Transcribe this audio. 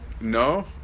No